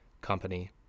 company